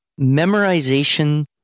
memorization